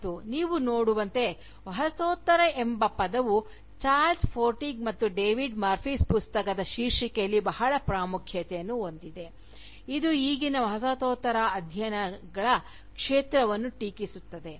ಮತ್ತು ನೀವು ನೋಡುವಂತೆ ವಸಾಹತೋತ್ತರ ಎಂಬ ಪದವು ಚಾರ್ಲ್ಸ್ ಫೋರ್ಸ್ಡಿಕ್ ಮತ್ತು ಡೇವಿಡ್ ಮರ್ಫೀಸ್ ಪುಸ್ತಕದ ಶೀರ್ಷಿಕೆಯಲ್ಲಿ ಬಹಳ ಪ್ರಾಮುಖ್ಯತೆಯನ್ನು ಹೊಂದಿದೆ ಇದು ಈಗಿನ ವಸಾಹತೋತ್ತರ ಅಧ್ಯಯನಗಳ ಕ್ಷೇತ್ರವನ್ನು ಟೀಕಿಸುತ್ತದೆ